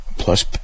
Plus